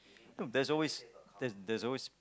look there's always there there's always